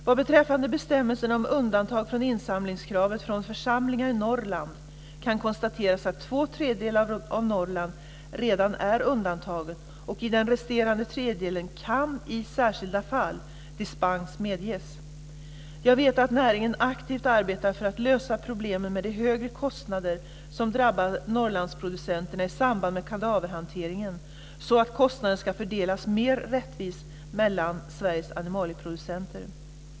Vad beträffar bestämmelserna om undantag från insamlingskravet från församlingar i Norrland kan konstateras att två tredjedelar av Norrland redan är undantaget och att dispens i särskilda fall kan medges i den resterande tredjedelen. Jag vet att näringen aktivt arbetar för att lösa problemen med de högre kostnader som drabbar Norrlandsproducenterna i samband med kadaverhanteringen, så att kostnaden ska fördelas mer rättvist mellan Sveriges animalieproducenter.